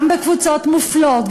גם בקבוצות מופלות,